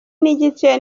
nigice